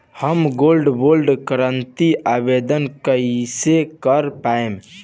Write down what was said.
हम gold bond करतिं आवेदन कइसे कर पाइब?